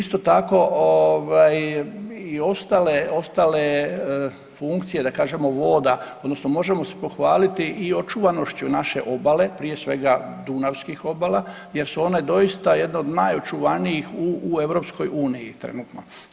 Isto tako i ostale, ostale funkcije da kažemo voda odnosno možemo se pohvaliti i očuvanošću naše obale, prije svega dunavskih obala jer su one doista jedne od najočuvanijih u EU trenutno.